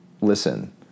listen